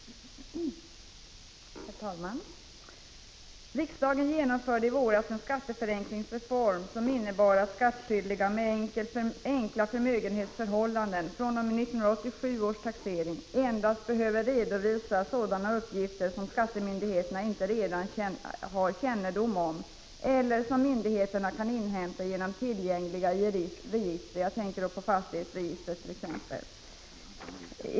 Herr talman! Riksdagen genomförde i våras en skatteförenklingsreform som innebar att skattskyldiga med enkla inkomstoch förmögenhetsförhållanden fr.o.m. 1987 års taxering endast behöver redovisa sådana uppgifter som skattemyndigheterna inte redan har kännedom om eller som myndigheterna kan inhämta genom tillgängliga register, t.ex. fastighetsregistret.